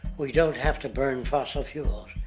we don't have to burn fossil fuels.